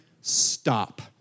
stop